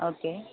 okay